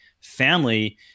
family